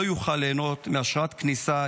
לא יוכל ליהנות מאשרת כניסה,